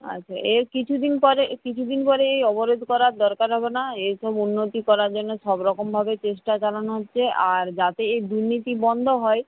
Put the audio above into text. আচ্ছা এর কিছু দিন পরে কিছু দিন পরে এই অবরোধ করার দরকার হবে না এই সব উন্নতি করার জন্য সব রকমভাবে চেষ্টা চালানো হচ্ছে আর যাতে এই দুর্নীতি বন্ধ হয়